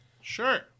Sure